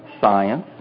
science